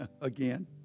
again